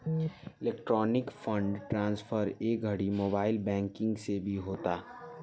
electronic fund transfer ए घड़ी mobile banking से भी होता